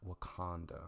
Wakanda